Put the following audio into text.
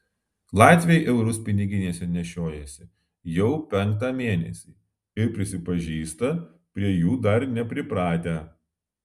latviai eurus piniginėse nešiojasi jau penktą mėnesį ir prisipažįsta prie jų dar nepripratę